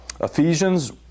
Ephesians